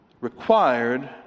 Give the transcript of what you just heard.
required